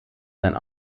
sein